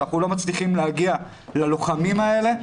שאנחנו לא מצליחים להגיע ללוחמים האלה,